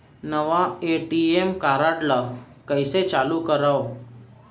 नवा ATM card ल कइसे चालू करव?